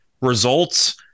results